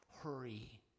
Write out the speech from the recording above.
Hurry